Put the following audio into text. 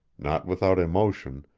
not without emotion,